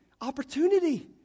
opportunity